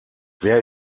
wer